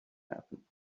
happen